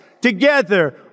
together